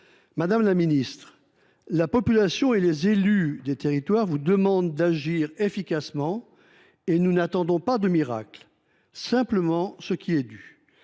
Madame la ministre, la population et les élus des territoires vous demandent d’agir efficacement. Nous n’attendons pas de miracle : nous exigeons simplement ce qui est dû.